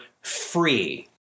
free